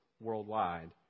worldwide